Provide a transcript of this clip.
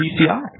PCI